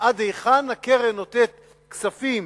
הקרן נותנת כספים,